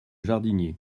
jardinier